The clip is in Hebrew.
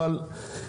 רגע,